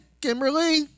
Kimberly